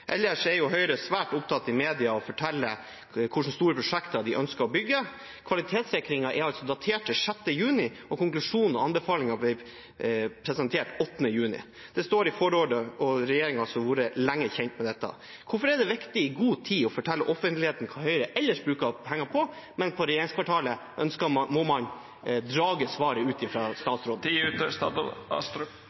Ellers er jo Høyre svært opptatt av å fortelle i media hvilke store prosjekter de ønsker å bygge. Kvalitetssikringen er datert til 6. juni, og konklusjonene og anbefalingene ble presentert 8. juni. Det står i forordet, og regjeringen har altså vært kjent med dette lenge. Hvorfor er det viktig i god tid å fortelle offentligheten hva Høyre ellers bruker penger på, mens man for regjeringskvartalet